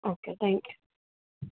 okay thank you